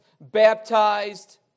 baptized